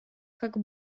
как